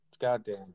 goddamn